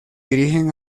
dirigen